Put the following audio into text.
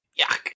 Yuck